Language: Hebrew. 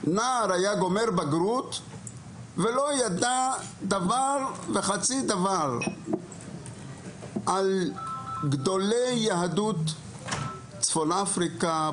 נער היה גומר בגרות ולא ידע דבר וחצי דבר על גדולי יהדות צפון אפריקה,